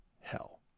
hell